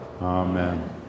amen